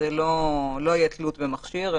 שלא תהיה תלות במכשיר,